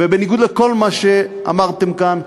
ובניגוד לכל מה שאמרתם כאן,